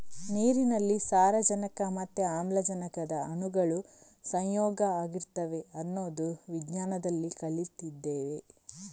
ನೀರಿನಲ್ಲಿ ಸಾರಜನಕ ಮತ್ತೆ ಆಮ್ಲಜನಕದ ಅಣುಗಳು ಸಂಯೋಗ ಆಗಿರ್ತವೆ ಅನ್ನೋದು ವಿಜ್ಞಾನದಲ್ಲಿ ಕಲ್ತಿದ್ದೇವೆ